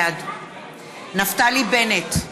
בעד נפתלי בנט,